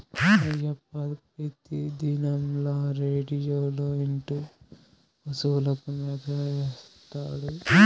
అయ్యప్ప పెతిదినంల రేడియోలో ఇంటూ పశువులకు మేత ఏత్తాడు